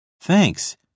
Thanks